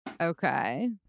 Okay